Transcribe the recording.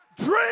dream